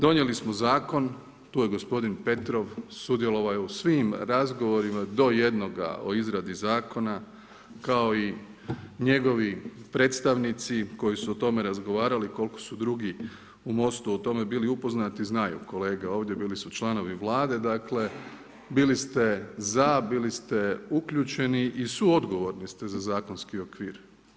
Donijeli smo zakon, tu je gospodin Petrov, sudjelovao je u svim razgovorima do jednoga o izradu zakona, kao i njegovi predstavnici koji su o tome razgovarali koliko su drugi u MOST-u o tome bili upoznati, znaju kolege ovdje, bili su članovi Vlade, dakle bili ste za, bili ste uključeni i suodgovorni ste za zakonski okvir.